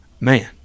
man